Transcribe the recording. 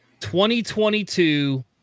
2022